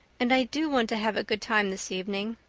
and i do want to have a good time this evening.